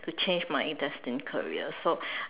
to change my in~ destined career so